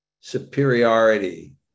superiority